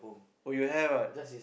oh you have ah